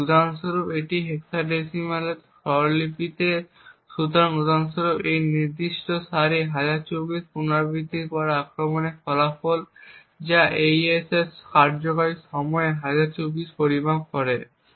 তাই উদাহরণস্বরূপ এটি হেক্সাডেসিমেল স্বরলিপিতে সুতরাং উদাহরণস্বরূপ এই নির্দিষ্ট সারিটি 1024 পুনরাবৃত্তির পরে আক্রমণের ফলাফল যা AES এর কার্যকরী সময়ের 1024 পরিমাপ হবে